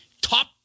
top